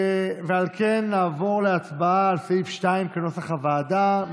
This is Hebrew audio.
למה אנחנו לא לוקחים ארבע ועדות משנה בוועדת חוץ וביטחון?